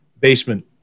basement